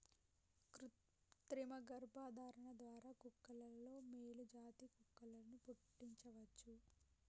కృతిమ గర్భధారణ ద్వారా కుక్కలలో మేలు జాతి కుక్కలను పుట్టించవచ్చు